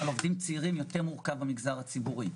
צעירים יותר מורכבת במגזר הציבורי.